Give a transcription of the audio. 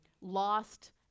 lost